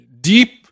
deep